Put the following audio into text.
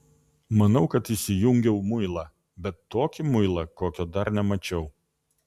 manau kad įsijungiau muilą bet tokį muilą kokio dar nemačiau